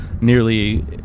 nearly